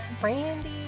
Brandy